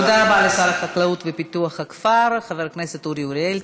תודה רבה לשר החקלאות ופיתוח הכפר חבר הכנסת אורי אוריאל,